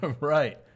Right